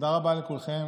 תודה רבה לכולכם,